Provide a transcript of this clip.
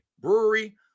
Brewery